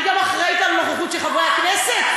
אני גם אחראית לנוכחות של חברי הכנסת?